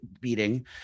beating